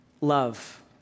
love